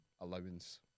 allowance